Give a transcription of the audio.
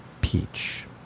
Peach